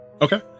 okay